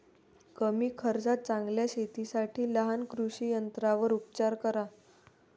कमी खर्चात चांगल्या शेतीसाठी लहान कृषी यंत्रांवर उपचार करा